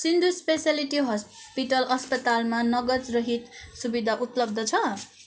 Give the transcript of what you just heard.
Sindhu specialty hospital अस्पतालमा नगदरहित सुविधा उपलब्ध छ